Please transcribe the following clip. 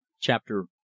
Chapter